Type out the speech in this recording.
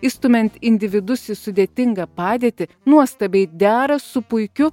įstumiant individus į sudėtingą padėtį nuostabiai dera su puikiu